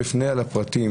עוד לפני הפרטים,